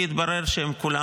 כי התברר שהם כולם,